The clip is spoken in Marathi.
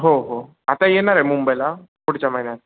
हो हो आता येणार आहे मुंबईला पुढच्या महिन्यात